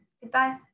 Goodbye